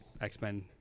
X-Men